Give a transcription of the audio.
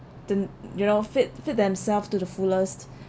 the you know feed feed themselves to the fullest